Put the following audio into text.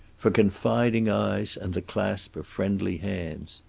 for confiding eyes and the clasp of friendly hands.